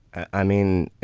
i mean,